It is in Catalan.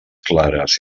clares